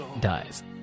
dies